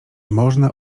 można